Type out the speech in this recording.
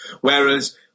Whereas